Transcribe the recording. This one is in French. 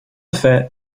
fait